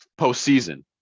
postseason